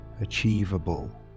achievable